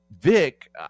Vic